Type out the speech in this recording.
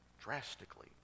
drastically